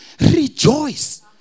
rejoice